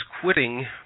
quitting